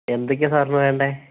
എന്തൊക്കെയാണ് സാറിന് വേണ്ടത്